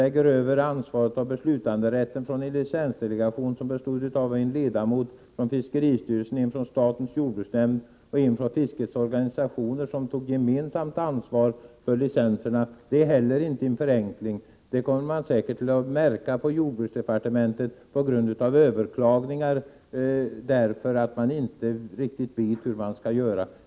Att flytta ansvaret och beslutanderätten från en licensdelegation, som bestod av en ledamot från fiskeristyrelsen, en från statens jordbruksnämnd och en från fiskets organisationer, som tog gemensamt ansvar för licenserna, innebär inte heller någon förenkling. På jordbruksdepartementet kommer man säkert att märka detta när det kommer överklaganden från fiskare som inte riktigt vet hur de skall göra.